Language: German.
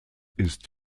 ist